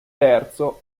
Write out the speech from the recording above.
terzo